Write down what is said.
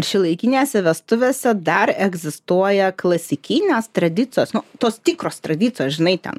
ar šiuolaikinėse vestuvėse dar egzistuoja klasikinės tradicijos nu tos tikros tradicijos žinai ten